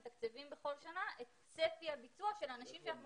מתקצבים בכל שנה את צפי הביצוע של האנשים שאנחנו